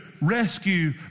rescue